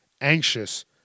anxious